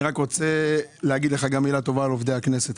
אני רוצה להגיד לך גם מילה טובה על עובדי הכנסת.